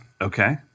Okay